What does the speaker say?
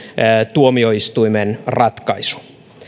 tuomioistuimen ratkaisu